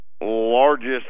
largest